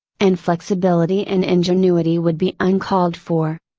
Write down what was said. and flexibility and ingenuity would be uncalled for.